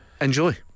Enjoy